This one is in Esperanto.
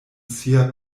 sia